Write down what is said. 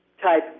Type